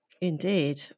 Indeed